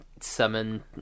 summon